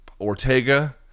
Ortega